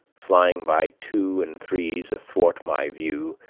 flying by two and threes athwart my view,